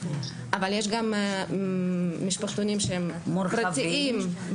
אבל יש גם משפחתונים שהם --- מורחבים.